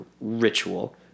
ritual